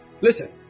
listen